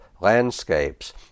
landscapes